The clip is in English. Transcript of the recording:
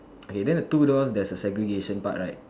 okay then the two doors there's a segregation part right